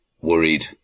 worried